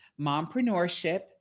Mompreneurship